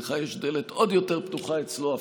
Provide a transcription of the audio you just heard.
לך יש דלת עוד יותר פתוחה אצלו,